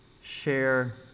share